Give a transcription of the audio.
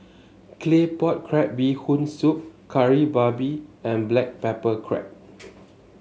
Claypot Crab Bee Hoon Soup Kari Babi and Black Pepper Crab